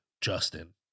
Justin